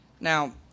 Now